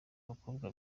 abakobwa